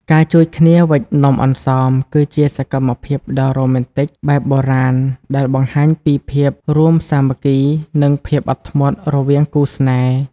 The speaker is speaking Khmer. ការជួយគ្នាវេច "នំអន្សម" គឺជាសកម្មភាពដ៏រ៉ូមែនទិកបែបបុរាណ ដែលបង្ហាញពីការរួមសាមគ្គី និងភាពអត់ធ្មត់រវាងគូស្នេហ៍។